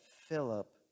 philip